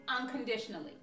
unconditionally